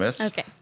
Okay